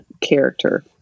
character